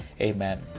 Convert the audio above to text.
Amen